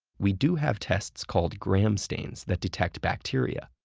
we do have tests called gram stains that detect bacteria,